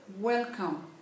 Welcome